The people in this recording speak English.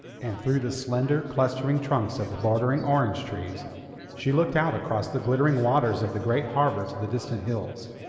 and through the slender, clustering trunks of the bordering orange-trees she looked out across the glittering waters of the great harbour to the distant hills.